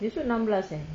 esok enam belas eh